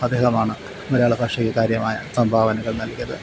അദ്ദേഹമാണ് മലയാള ഭാഷയിൽ കാര്യമായ സംഭാവനകൾ നൽകിയത്